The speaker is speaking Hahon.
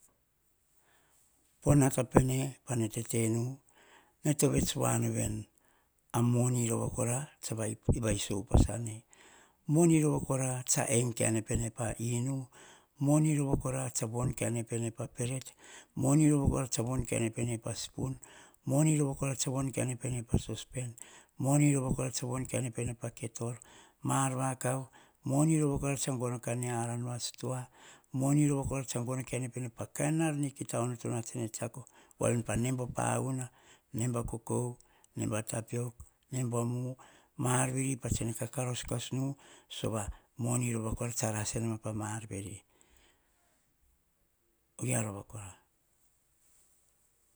Po nata pene, pane tete nu, ene to vets voa nuveni a moni rova kora tsa va iso upas ane. Moni rava kora tsa en ka ene pene pa inu. Moni rova kora, tsa von kaene pene pa peret. Moni rova kora tsa von kaene pene pa spon, moni rova kora tsa von kae ne pene pa saspen, moni rova kora, tsa von kae ne pene pa ketor, moni rova kora, tsa gono kae ne pene, pa aran va situa, moni rova kora tsa gono kae ne pene pa kain tsne kita tsiako. Voa veni, pa naba o pauna, heba o kokou, naba tapiok, neba o mu. Ma ar veri tsene kakaraus kas na. Sova, moni rova kora, tsa ras ene ma, pa ma ar veri ovia rova kora.